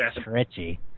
stretchy